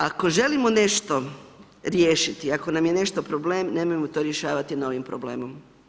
Ako želimo nešto riješiti, ako nam je nešto problem nemojmo to rješavati novim problemom.